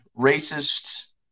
racist